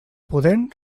pudent